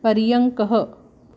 पर्यङ्कः